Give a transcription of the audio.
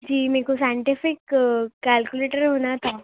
جی میرے کو scientific calculator ہونا تھا